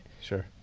sure